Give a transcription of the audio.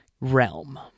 realm